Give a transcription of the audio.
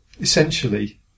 Essentially